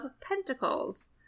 pentacles